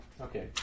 Okay